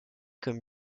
comme